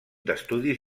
d’estudis